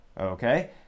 okay